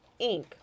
Inc